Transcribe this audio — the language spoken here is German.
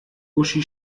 uschi